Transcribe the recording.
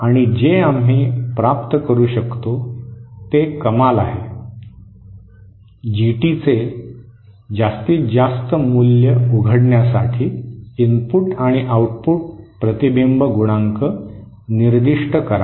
आणि जे आम्ही प्राप्त करू शकतो ते कमाल आहे जीटीचे जास्तीत जास्त मूल्य उघडण्यासाठी इनपुट आणि आउटपुट प्रतिबिंब गुणांक निर्दिष्ट करा